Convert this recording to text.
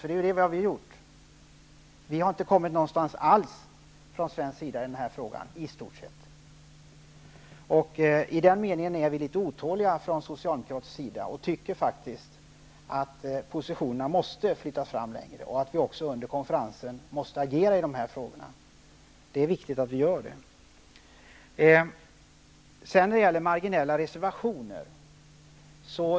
Det är ju det vi har gjort. Vi har inte kommit någonstans från svensk sida i den här frågan. I den meningen är vi Socialdemokrater litet otåliga. Vi tycker faktiskt att positionerna måste flyttas fram och att vi under konferensen måste agera i de här frågorna. Det är viktigt att vi gör det. Lennart Daléus sade att de frågor vi tar upp i reservationerna är marginella.